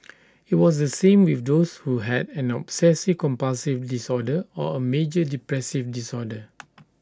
IT was the same with those who had an obsessive compulsive disorder or A major depressive disorder